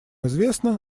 известно